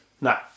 No